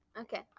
Okay